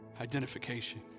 identification